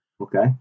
okay